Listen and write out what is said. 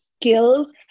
skills